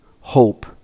hope